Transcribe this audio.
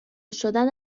شدن